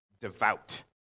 devout